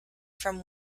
from